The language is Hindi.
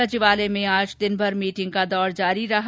सचिवालय में आज दिनभर मीटिंग का दौर जारी रहा